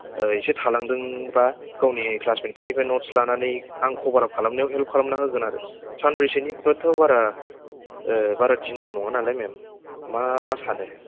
इसे थालांदोंबा गावनि क्लासमेटफोरनिफ्राय न'ट्स लानानै आं कभारआप खालामनायाव हेल्प खालामना होगोन आरो सानब्रैसोनिथ' बारा बारा दिनबो नङा नालाय मेम मा मा सानो